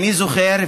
אני זוכר,